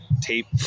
tape